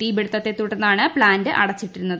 തീപിടിത്തത്തെ തുടർന്നാണ് പ്ലാന്റ് അടച്ചിട്ടിരുന്നത്